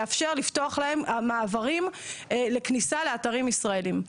לאפשר לפתוח להם מעברים לכניסה לאתרים ישראלים.